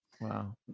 wow